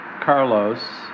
Carlos